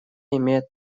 имеет